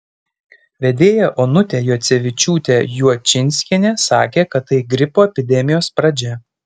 vedėja onutė juocevičiūtė juočinskienė sakė kad tai gripo epidemijos pradžia